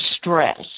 stress